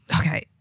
okay